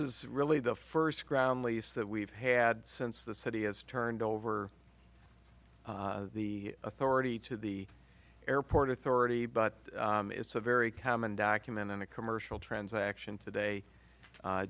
is really the first ground lease that we've had since the city has turned over the authority to the airport authority but it's a very common document on a commercial transaction today